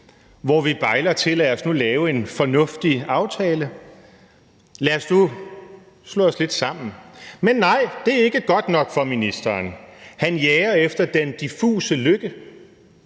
hvor vi bejler til, at vi kan lave en fornuftig aftale – lad os nu slå os lidt sammen. Men nej, det er ikke godt nok for ministeren. Han jager efter den diffuse lykke,